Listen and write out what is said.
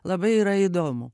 labai yra įdomu